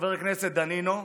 חבר הכנסת דנינו,